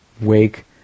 wake